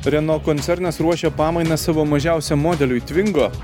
reno koncernas ruošia pamainą savo mažiausiam modeliui tvingo